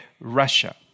Russia